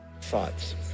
thoughts